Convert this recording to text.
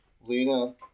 Lena